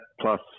plus